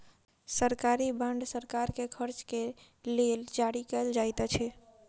सरकारी बांड सरकार के खर्च के लेल जारी कयल जाइत अछि